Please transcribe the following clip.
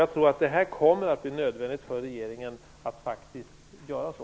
Jag tror att det kommer att bli nödvändigt för regeringen att faktiskt göra så.